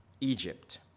Egypt